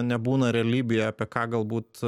nebūna realybėje apie ką galbūt